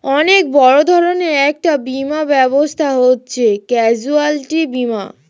অনেক বড় ধরনের একটা বীমা ব্যবস্থা হচ্ছে ক্যাজুয়ালটি বীমা